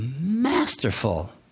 masterful